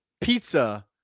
pizza